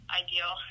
ideal